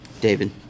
David